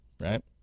right